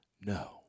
No